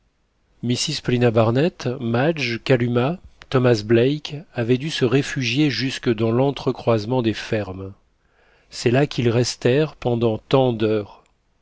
mrs paulina barnett madge kalumah thomas black avaient dû se réfugier jusque dans l'entrecroisement des fermes c'est là qu'ils restèrent pendant tant d'heures